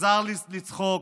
חזר לצחוק,